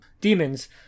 demons